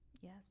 Yes